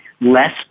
less